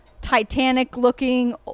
Titanic-looking